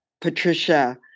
Patricia